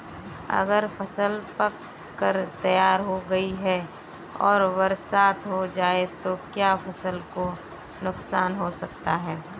अगर फसल पक कर तैयार हो गई है और बरसात हो जाए तो क्या फसल को नुकसान हो सकता है?